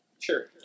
Sure